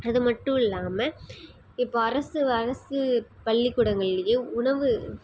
அதுமட்டும் இல்லாமல் இப்போது அரசு அரசு பள்ளிக்கூடங்கள்லேயே உணவு